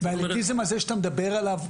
והאליטיזם הזה שאתה מדבר עליו,